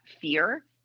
fear